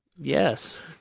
Yes